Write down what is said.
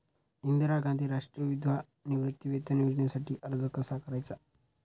इंदिरा गांधी राष्ट्रीय विधवा निवृत्तीवेतन योजनेसाठी अर्ज कसा करायचा?